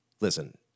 Listen